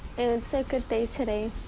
and so good day today.